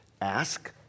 Ask